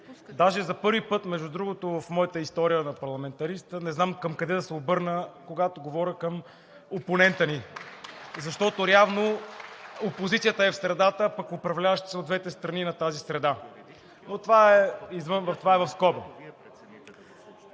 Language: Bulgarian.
Даже за първи път, между другото, в моята история на парламентарист – не знам накъде да се обърна, когато говоря към опонента ни (ръкопляскания от ГЕРБ-СДС), защото явно опозицията е в средата, пък управляващите са от двете страни на тази среда, но това е в скоби.